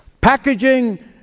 Packaging